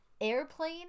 airplane